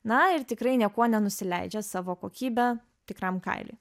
na ir tikrai niekuo nenusileidžia savo kokybe tikram kailiui